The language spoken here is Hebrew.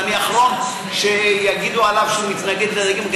ואני אחרון שיגידו עליו שהוא מתנגד לדייגים.